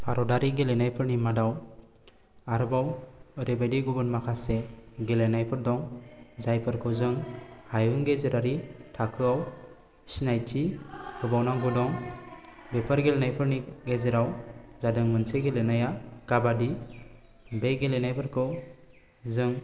भारतारि गेलेनायफोरनि मादाव आरोबाव ओरैबायदि गुबुन माखासे गेलेनायफोर दं जायफोरखौ जों हायुं गेजेरारि थाखोआव सिनायथि होबावनांगौ दं बेफोर गेलेनायफोरनि गेजेराव जादों मोनसे गेलेनाया काबादि बे गेलेनायफोरखौ जों